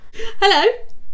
Hello